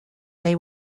they